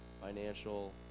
financial